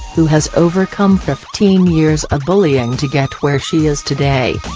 who has overcome fifteen years of bullying to get where she is today.